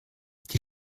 die